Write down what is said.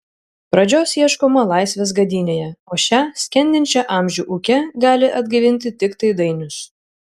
pradžios ieškoma laisvės gadynėje o šią skendinčią amžių ūke gali atgaivinti tiktai dainius